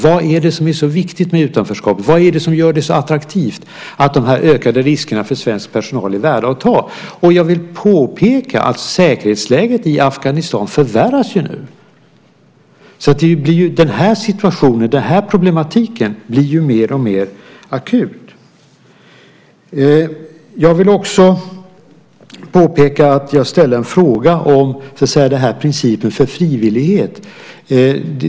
Vad är det som är så viktigt med utanförskapet? Vad är det som gör det så attraktivt att det är värt att ta de ökade riskerna för svensk personal? Jag vill påpeka att säkerhetsläget i Afghanistan nu förvärras, vilket betyder att den här problematiken blir mer och mer akut. Jag vill också påpeka att jag ställde en fråga om principen för frivillighet.